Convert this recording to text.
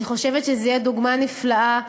אני חושבת שזאת תהיה דוגמה נפלאה,